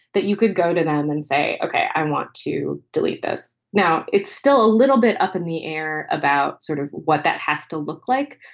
that you could go to them and say, ok, i want to delete this now, it's still a little bit up in the air about sort of what that has to look like.